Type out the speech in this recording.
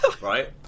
right